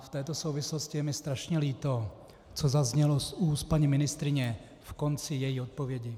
V této souvislosti je mi strašně líto, co zaznělo z úst paní ministryně v konci její odpovědi.